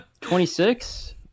26